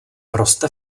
roste